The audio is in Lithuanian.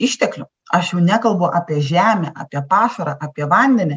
išteklių aš jau nekalbu apie žemę apie pašarą apie vandenį